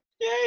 Yay